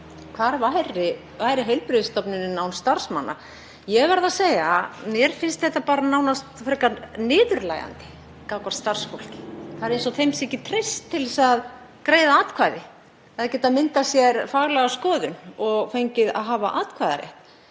hvar væri heilbrigðisstofnunin án starfsmanna? Ég verð að segja að mér finnst þetta frekar niðurlægjandi gagnvart starfsfólkinu. Það er eins og því sé ekki treyst til að greiða atkvæði, til að geta myndað sér faglega skoðun og fengið að hafa atkvæðisrétt.